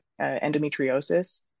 endometriosis